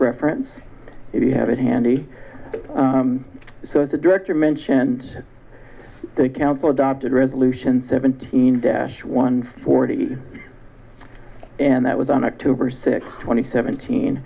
reference if you have it handy so the director mentioned the council adopted resolution seventeen dash one forty and that was on october sixth twenty seventeen